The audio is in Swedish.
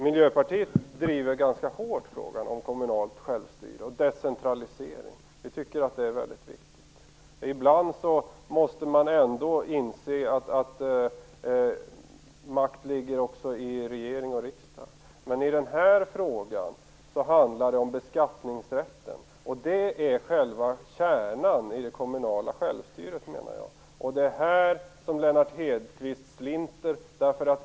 Miljöpartiet driver ganska hårt frågan om kommunalt självstyre och decentralisering. Vi tycker att den är väldigt viktig. Ibland måste man inse att makt ligger också hos regering och riksdag, men i den här frågan handlar det om beskattningsrätten, och det är själva kärnan i det kommunala självstyret menar jag. Det är här Lennart Hedquist slinter.